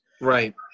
Right